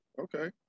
Okay